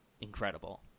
incredible